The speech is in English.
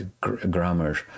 grammar